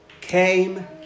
came